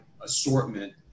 assortment